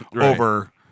over